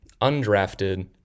undrafted